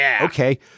Okay